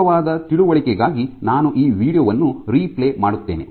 ಸುಲಭವಾದ ತಿಳುವಳಿಕೆಗಾಗಿ ನಾನು ಈ ವೀಡಿಯೊ ವನ್ನು ರಿಪ್ಲೇ ಮಾಡುತ್ತೇನೆ